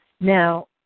Now